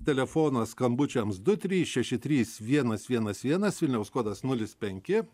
telefonas skambučiams du trys šeši trys vienas vienas vienas vilniaus kodas nulis penki